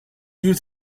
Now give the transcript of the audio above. you